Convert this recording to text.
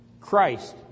Christ